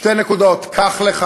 שתי נקודות קח לך,